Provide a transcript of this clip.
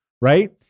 right